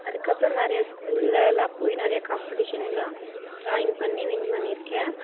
அதுக்கப்புறம் நிறைய ஸ்கூல்லெலாம் போய் நிறைய காம்படிஷன்ல்லாம் டிராயிங் பண்ணி வின் பண்ணியிருக்கேன்